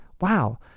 wow